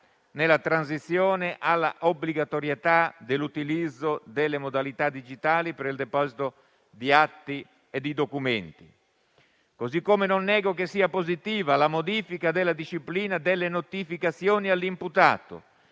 nella transizione all'obbligatorietà dell'utilizzo delle modalità digitali per il deposito di atti e di documenti. Così come non nego che sia positiva la modifica della disciplina delle notificazioni all'imputato,